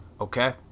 okay